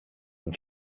and